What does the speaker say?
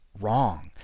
wrong